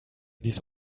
dies